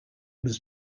was